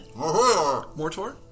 Mortor